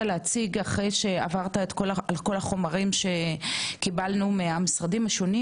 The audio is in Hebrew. להציג אחרי שעברת על כל החומרים שקיבלנו מהמשרדים השונים.